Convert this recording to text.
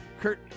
kurt